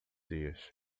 dias